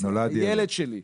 הילד שלי,